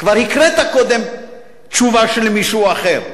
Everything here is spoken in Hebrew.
כבר הקראת קודם תשובה של מישהו אחר,